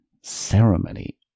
ceremony